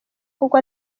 kuko